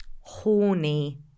horny